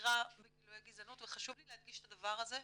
עתירה בגילויי גזענות וחשוב לי להדגיש את הדבר הזה,